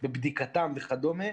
בבדיקתם וכדומה,